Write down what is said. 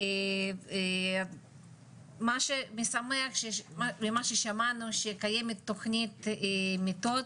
ומה שמשמח ממה ששמענו שקיימת תוכנית מיטות,